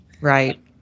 right